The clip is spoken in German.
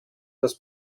dass